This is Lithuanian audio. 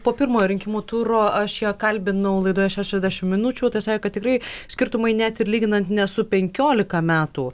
po pirmojo rinkimų turo aš ją kalbinau laidoje šešiasdešimt minučių tai sakė kad tikrai skirtumai net ir lyginant ne su penkiolika metų